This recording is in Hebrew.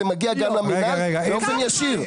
זה מגיע גם למינהל באופן ישיר.